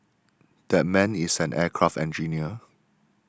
that man is an aircraft engineer